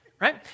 right